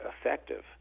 effective